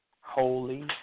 Holy